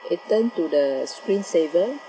it turned to the screen saver